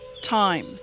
time